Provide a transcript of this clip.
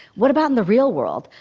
what about in the real world?